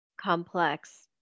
complex